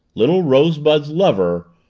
little rosebud's lover,